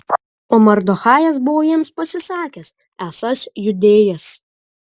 o mardochajas buvo jiems pasisakęs esąs judėjas